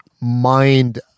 mind